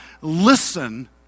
listen